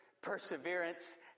perseverance